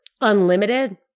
unlimited